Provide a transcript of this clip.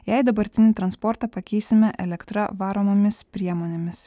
jei dabartinį transportą pakeisime elektra varomomis priemonėmis